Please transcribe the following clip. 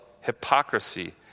hypocrisy